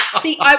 See